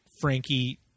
Frankie